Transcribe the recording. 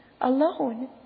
alone